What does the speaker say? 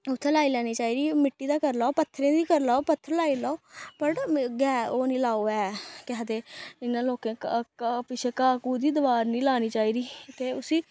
उत्थै लाई लैनी चाहिदी मिट्टी दा करी लेऔ पत्थरै दी करी लेऔ पत्थर लाई लेऔ पर गै ओह् नेईं लेऔ ऐ के आखदे इ'नें लोकें पिच्छें घाऽ घूऽ दी दवार नेईं लानी चाहिदी ते उस्सी